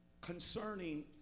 concerning